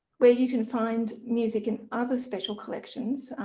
where you can find music and other special collections,